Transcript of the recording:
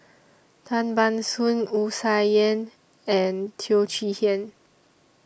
Tan Ban Soon Wu Tsai Yen and Teo Chee Hean